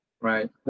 Right